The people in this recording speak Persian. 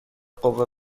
قوه